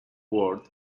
war